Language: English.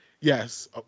Yes